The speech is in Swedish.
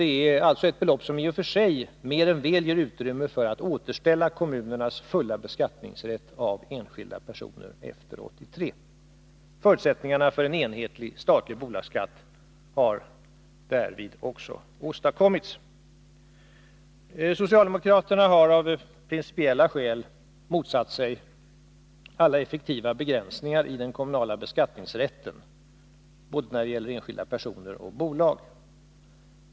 Det är ett belopp som mer än väl ger utrymme för att återställa kommunernas fulla beskattningsrätt när det gäller enskilda personer efter 1983. Förutsättningarna för en enhetlig, statlig bolagsskatt har därmed också åstadkommits. Socialdemokraterna har av principiella skäl motsatt sig alla effektiva begränsningar i den kommunala beskattningsrätten när det gäller både enskilda personer och bolag.